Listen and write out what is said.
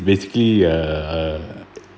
basically err